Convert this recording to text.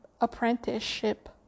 apprenticeship